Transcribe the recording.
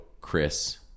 Chris